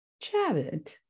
chatted